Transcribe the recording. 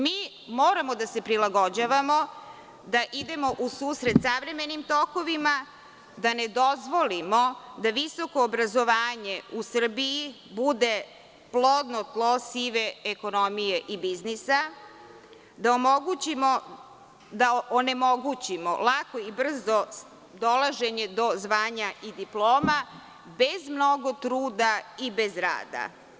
Moramo da se prilagođavamo da idemo u susret savremenim tokovima, da ne dozvolimo da visoko obrazovanje u Srbiji bude plodno tlo sive ekonomije i biznisa, da onemogućimo lako i brzo dolaženje do zvanja i diploma, bez mnogo truda i bez rada.